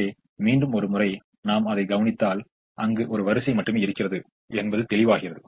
எனவே மீண்டும் ஒரு முறை நாம் அதை கவனித்தால் அங்கு ஒரு வரிசை மட்டுமே இருக்கிறது என்பது தெளிவாகிறது